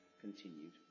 continued